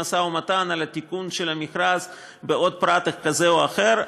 משא-ומתן על התיקון של המכרז בעוד פרט כזה או אחר.